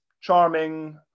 charming